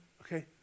okay